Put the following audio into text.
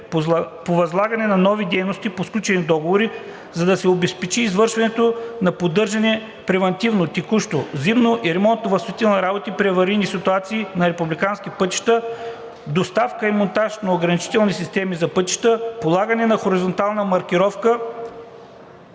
по възлагането на нови дейности по сключените договори, за да се обезпечи извършване на поддържане (превантивно, текущо, зимно и ремонтно възстановителни работи при аварийни ситуации) на републикански пътища, доставка и монтаж на ограничителни системи за пътища, полагане на хоризонтална маркировка